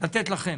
לתת לכם.